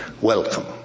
welcome